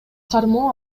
кармоо